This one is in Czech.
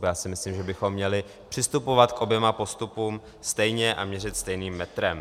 Já si myslím, že bychom měli přistupovat k oběma postupům stejně a měřit stejným metrem.